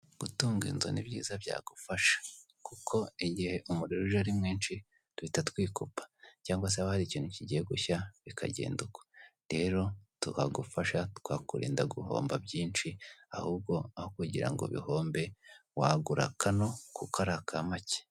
Gutunga inzu nibyiza byagufasha, kuko igihe umuriro uje ari mwinshi twahita twikupa cyangwa se hari ikintu kigiye gushya bikagenda uko. Rero twagufasha, twakurinda byinshi ahubwo aho kugirango ubihombe wagura kano kuko ari akamake.